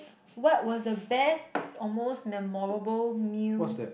what was the best or most memorable meal